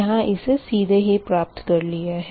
यहाँ इसे सीधे ही प्राप्त कर लिया है